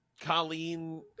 Colleen